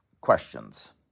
questions